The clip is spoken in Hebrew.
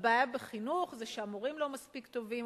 הבעיה בחינוך זה שהמורים לא מספיק טובים.